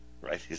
right